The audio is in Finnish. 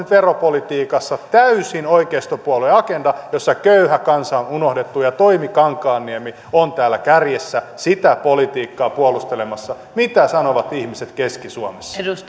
ja nyt veropolitiikassa täysin oikeistopuolueen agenda jossa köyhä kansa on unohdettu ja toimi kankaanniemi on täällä kärjessä sitä politiikkaa puolustelemassa mitä sanovat ihmiset keski suomessa